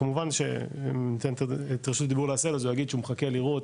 כמובן שאם ניתן את רשות הדיבור לעשהאל אז הוא יגיד שהוא מחכה לראות,